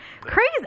crazy